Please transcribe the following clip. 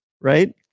right